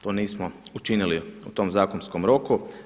To nismo učinili u tom zakonskom roku.